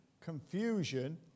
confusion